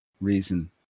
reason